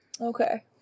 Okay